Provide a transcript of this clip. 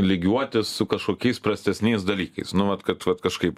lygiuotis su kažkokiais prastesniais dalykais nu vat kad vat kažkaip